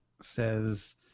says